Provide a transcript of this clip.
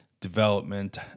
development